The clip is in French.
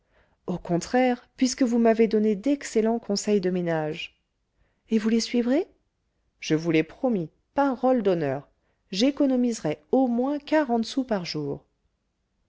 au contraire puisque vous m'avez donné d'excellents conseils de ménage et vous les suivrez je vous l'ai promis parole d'honneur j'économiserai au moins quarante sous par jour